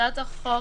הצעת החוק,